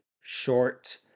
short